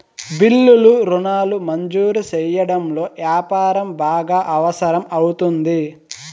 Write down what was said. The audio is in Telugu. బిల్లులు రుణాలు మంజూరు సెయ్యడంలో యాపారం బాగా అవసరం అవుతుంది